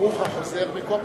ברוך החוזר מקופנהגן,